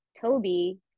Toby